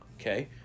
okay